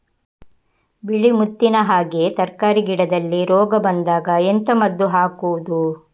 ಬಿಳಿ ಮುತ್ತಿನ ಹಾಗೆ ತರ್ಕಾರಿ ಗಿಡದಲ್ಲಿ ರೋಗ ಬಂದಾಗ ಎಂತ ಮದ್ದು ಹಾಕುವುದು?